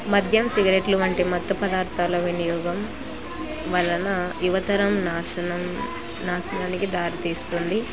మద్యం సిగరెట్లు వంటి మత్తు పదార్థాల వినియోగం వలన యువతరం నాశనం నాశనానికి దారితీస్తుంది